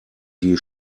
die